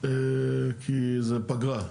כי זה פגרה,